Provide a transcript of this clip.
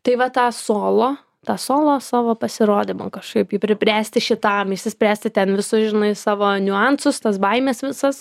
tai va tą solo tą solo savo pasirodymą kažkaip pribręsti šitam išsispręsti ten visus žinai savo niuansus tas baimes visas